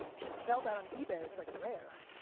you should sell that on ebay. it's like, rare.